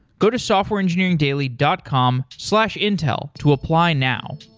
go to softwareengineeringdaily dot com slash intel to apply now